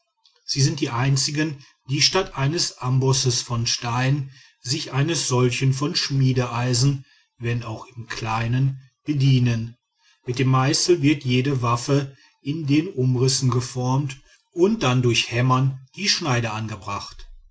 sie sind die einzigen die statt eines ambosses von stein sich eines solchen von schmiedeeisen wenn auch im kleinen bedienen mit dem meißel wird jede waffe in den umrissen geformt und dann durch hämmern die schneide angebracht